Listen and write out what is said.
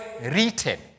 written